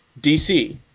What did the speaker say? DC